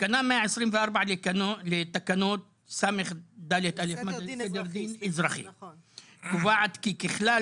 תקנה 124 לתקנות סד/א לסדר דין אזרחי קובעת כי ככלל